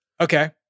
Okay